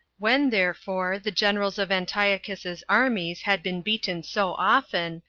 when therefore the generals of antiochus's armies had been beaten so often,